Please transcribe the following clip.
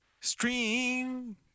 Stream